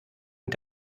und